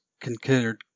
considered